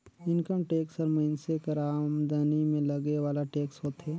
income tax हर मइनसे कर आमदनी में लगे वाला टेक्स होथे